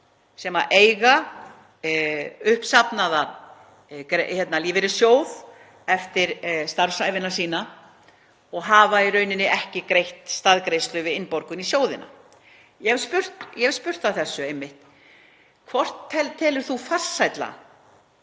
sem eiga uppsafnaðan lífeyrissjóð eftir starfsævi sína og hafa ekki greitt staðgreiðslu við innborgun í sjóðina. Ég hef spurt að þessu einmitt: Hvort telur þú farsælla